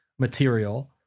material